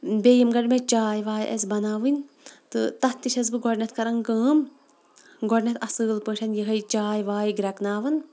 بیٚیہِ ییٚمہِ گٲنٛٹہِ مےٚ چاے واے آسہِ بَناوٕنۍ تہٕ تَتھ تہِ چھٮ۪س بہٕ گۄڈٕنٮ۪تھ کَران کٲم گۄڈٕنٮ۪تھ اَصٕل پٲٹھۍ یِہٕے چاے واے گرٛٮ۪کہٕ ناوان